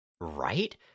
Right